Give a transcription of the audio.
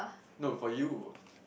no for you